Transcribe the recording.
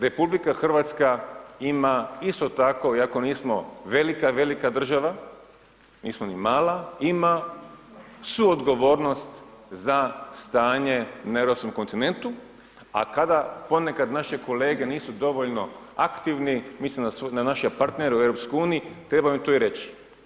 RH ima, isto tako, iako nismo velika, velika država, nismo ni mala, ima suodgovornost za stanje na europskom kontinentu, a ponekad naše kolege nisu dovoljno aktivni, mislim da na naše partnere u EU, treba im to i reći.